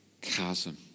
chasm